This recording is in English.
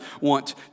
want